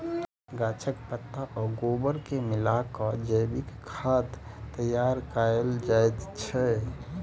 गाछक पात आ गोबर के मिला क जैविक खाद तैयार कयल जाइत छै